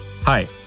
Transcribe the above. Hi